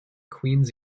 queen’s